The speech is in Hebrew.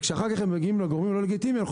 כשהם מגיעים לגורמים הלא לגיטימיים אנחנו